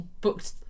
booked